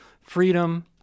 Freedom